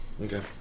Okay